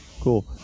cool